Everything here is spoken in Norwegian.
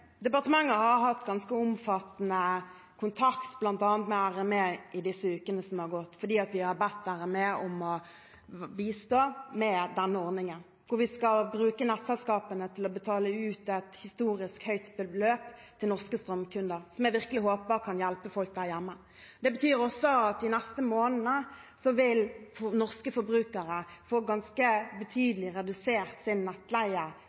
Departementet har hatt ganske omfattende kontakt, bl.a. med RME, i disse ukene som er gått. Vi har bedt RME bistå med denne ordningen, hvor vi skal bruke nettselskapene til å betale ut et historisk høyt beløp til norske strømkunder, noe jeg virkelig håper kan hjelpe folk der hjemme. Det betyr at norske forbrukere vil få redusert nettleiefakturaen ganske